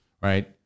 right